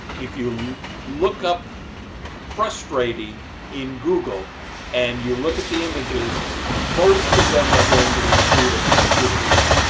if you look up frustrating in google and you look at the images most of them are going to include a computer in them.